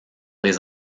les